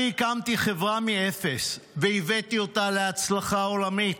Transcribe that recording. אני הקמתי חברה מאפס והבאתי אותה להצלחה עולמית.